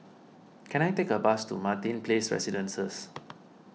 can I take a bus to Martin Place Residences